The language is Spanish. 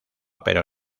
pero